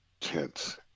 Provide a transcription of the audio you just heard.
tense